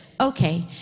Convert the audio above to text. okay